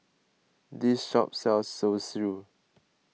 this shop sells Zosui